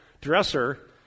dresser